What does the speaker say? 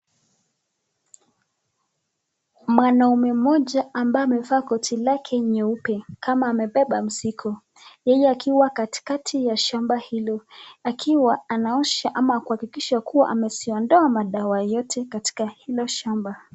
Mwanaume mmoja ambaye amevaa koti lake nyeupe kama amebeba mzigo yeye akiwa katikati ya shamba hilo akiwa anaosha ama kuhakikisha ameziondoa madawa yote katika hilo shamba.